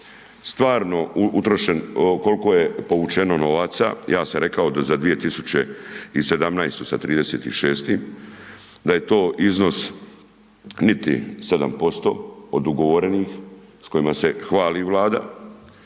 utrošen, kolko je povučeno novaca, ja sam rekao da za 2017. sa 30.6. da je to iznos niti 7% od ugovorenih s kojima se hvali Vlada,